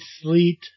Sleet